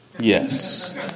Yes